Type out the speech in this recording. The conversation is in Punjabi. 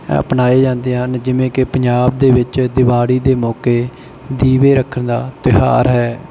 ਅਪਣਾਏ ਜਾਂਦੇ ਹਨ ਜਿਵੇਂ ਕਿ ਪੰਜਾਬ ਦੇ ਵਿੱਚ ਦਿਵਾਲੀ ਦੇ ਮੌਕੇ ਦੀਵੇ ਰੱਖਣ ਦਾ ਤਿਉਹਾਰ ਹੈ